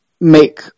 make